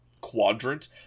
quadrant